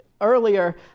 Earlier